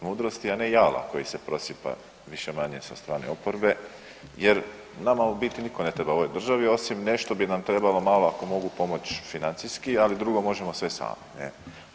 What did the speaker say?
Mudrosti, a ne jala koji se prosipa više-manje sa strane oporbe jer nama u biti nitko ne treba u ovoj državi, osim, nešto bi nam trebalo malo ako mogu pomoći financijski, ali drugo možemo sve sami, je li.